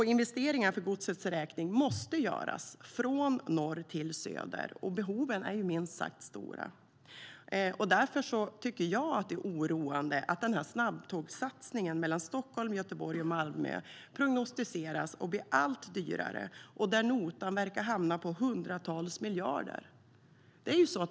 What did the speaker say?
Investeringar för godsets räkning måste göras från norr till söder, och behoven är minst sagt stora. Därför tycker jag att det är oroande att snabbtågssatsningen mellan Stockholm, Göteborg och Malmö prognostiseras att bli allt dyrare med en nota som verkar hamna på hundratals miljarder.